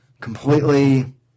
completely